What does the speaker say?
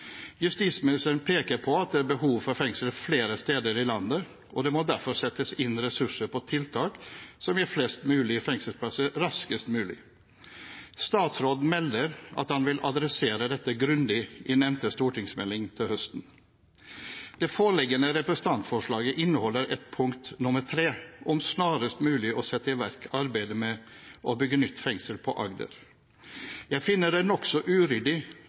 Justisministeren peker på at det er behov for fengsler flere steder i landet, og at det derfor må settes inn ressurser til tiltak som gir flest mulig fengselsplasser raskest mulig. Statsråden melder at han vil adressere dette grundig i nevnte stortingsmelding til høsten. Det foreliggende representantforslaget inneholder et punkt nr. 3, om snarest mulig å sette i verk arbeidet med å bygge nytt fengsel på Agder. Jeg finner det nokså uryddig